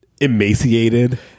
emaciated